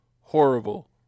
horrible